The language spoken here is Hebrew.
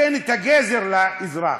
תן את הגזר לאזרח,